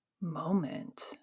moment